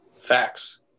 facts